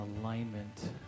alignment